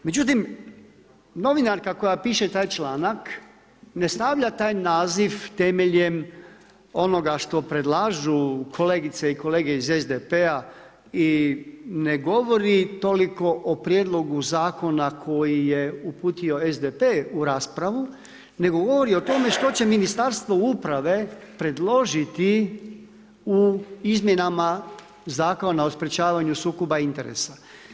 Međutim novinarka koja piše taj članak ne stavlja taj naziv temeljem onoga što predlažu kolegice i kolege iz SDP-a i ne govori toliko o prijedlogu zakona koji je uputio SDP u raspravu, nego govori o tome što će Ministarstvo uprave predložiti u izmjenama Zakona o sprečavanju sukoba interesa.